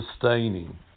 sustaining